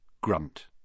Grunt